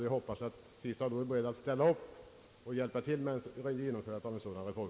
Jag hoppas att herr Tistad då är beredd att ställa upp och hjälpa till med genomförandet av en sådan reform.